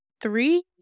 three